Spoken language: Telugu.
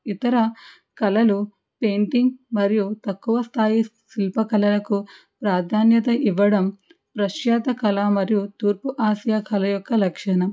ఇతర కళలు పెయింటింగ్ మరియు తక్కువ స్థాయి శిల్పకళలకు ప్రాధాన్యత ఇవ్వడం పాశ్చాత్య కళా మరియు తూర్పు ఆసియా కళ యొక్క లక్షణం